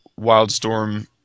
Wildstorm